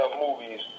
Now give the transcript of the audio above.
movies